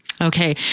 Okay